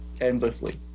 endlessly